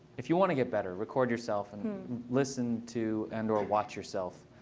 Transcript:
if you want to get better, record yourself. and listen to and or watch yourself,